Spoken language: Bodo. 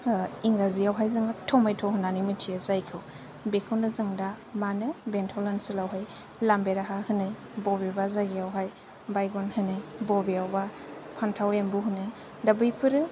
इंराजियावहाय जोङो टमेट' होन्नानै मिथियो जायखौ बेखौनो जोंदा मानो बेंथल ओनसोलावहाय लामबेराहा होनो बबेबा जायगायाव हाय बायगन होनो बबेयावबा फान्थाव एम्बु होनो दा बैफोरो